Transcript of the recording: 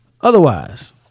otherwise